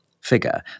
figure